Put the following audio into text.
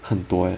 很多 eh